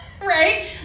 right